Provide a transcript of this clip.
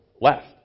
left